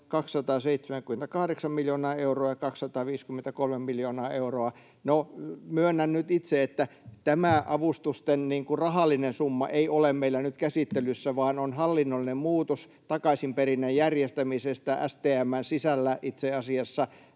278 miljoonaa euroa ja 253 miljoonaa euroa.” No, myönnän nyt itse, että tämä avustusten rahallinen summa ei ole meillä nyt käsittelyssä, vaan on hallinnollinen muutos takaisinperinnän järjestämisestä STM:n sisällä — itse asiassa